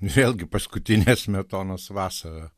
vėlgi paskutinės smetonos vasarą